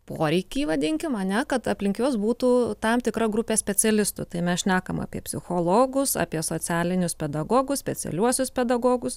poreikį vadinkim ane kad aplink juos būtų tam tikra grupė specialistų tai mes šnekam apie psichologus apie socialinius pedagogus specialiuosius pedagogus